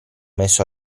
messo